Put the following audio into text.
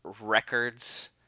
records